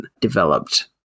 developed